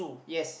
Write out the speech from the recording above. yes